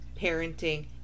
parenting